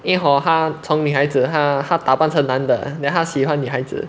因为 hor 她从女孩子她她打扮成男的 then 她喜欢女孩子